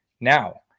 now